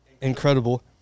Incredible